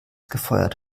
gefeuert